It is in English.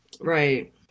Right